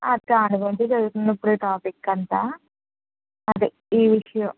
అదే దాని గురించే జరుగుతుంది ఈ టాపిక్ అంతా అదే ఈ విషయం